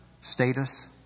status